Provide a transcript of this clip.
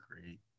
great